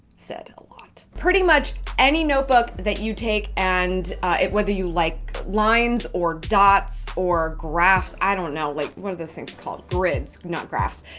said a lot. pretty much any notebook that you take, and whether you like lines or dots or graphs, i don't know. like what are those things called? grids, not graphs.